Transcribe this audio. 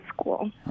School